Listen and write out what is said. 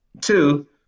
Two